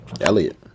Elliot